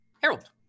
Harold